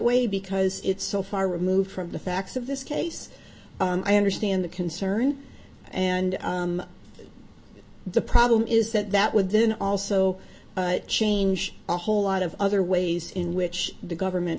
way because it's so far removed from the facts of this case i understand the concern and the problem is that that would then also change a whole lot of other ways in which the government